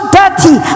dirty